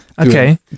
okay